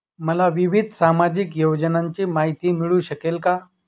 मला विविध सामाजिक योजनांची माहिती मिळू शकेल का?